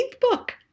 book